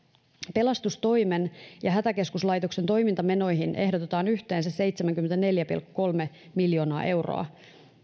pelastustoimen ja hätäkeskuslaitoksen toimintamenoihin ehdotetaan yhteensä seitsemänkymmentäneljä pilkku kolme miljoonaa euroa